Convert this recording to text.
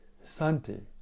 Santi